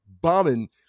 bombing